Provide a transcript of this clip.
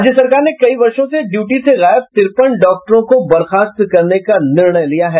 राज्य सरकार ने कई वर्षो से डयूटी से गायब तिरपन डॉक्टरों को बर्खास्त करने का निर्णय लिया है